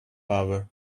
power